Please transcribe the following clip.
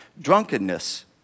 drunkenness